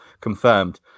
confirmed